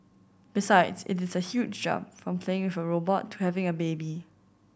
besides it is a huge jump from playing with a robot to having a baby